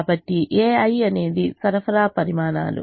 కాబట్టి ai అనేది సరఫరా పరిమాణాలు